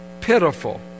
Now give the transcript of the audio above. pitiful